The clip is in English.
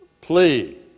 plea